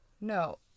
No